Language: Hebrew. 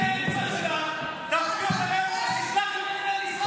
אתה יודע, זו לא קריאת ביניים, זה סטריאו של נאום.